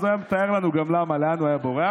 אז הוא היה מתאר לנו גם למה, לאן הוא היה בורח.